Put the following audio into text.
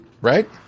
Right